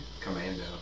Commando